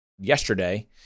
yesterday